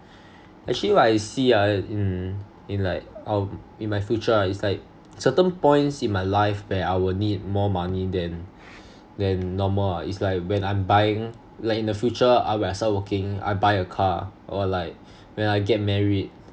actually what I see ah in in like our in my future ah it's like certain points in my life where I will need more money than than normal ah it's like when I'm buying like in future I when I start working I buy a car or like when I get married